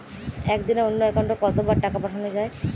একদিনে অন্য একাউন্টে কত বার টাকা পাঠানো য়ায়?